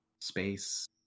space